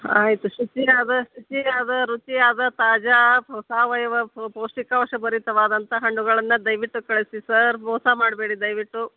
ಆಯಿತು ಶುಚಿಯಾದ ಶುಚಿಯಾದ ರುಚಿಯಾದ ತಾಜಾ ಸಾವಯವ ಪೌಷ್ಟಿಕಾಂಶಭರಿತವಾದಂಥ ಹಣ್ಣುಗಳನ್ನು ದಯವಿಟ್ಟು ಕಳಿಸಿ ಸರ್ ಮೋಸ ಮಾಡಬೇಡಿ ದಯವಿಟ್ಟು